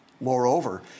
Moreover